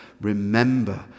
remember